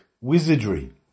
wizardry